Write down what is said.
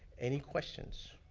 any questions?